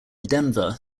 denver